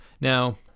Now